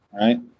right